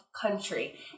country